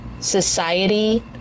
society